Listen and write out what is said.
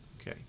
Okay